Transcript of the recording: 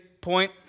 point